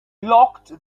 locked